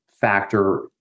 factor